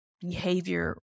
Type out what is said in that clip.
behavior